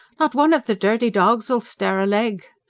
not one of the dirty dogs'ull stir a leg!